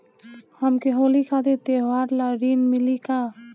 हमके होली खातिर त्योहार ला ऋण मिली का?